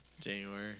January